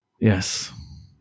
Yes